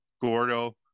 gordo